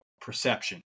perception